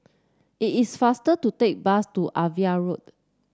it is faster to take bus to Ava Road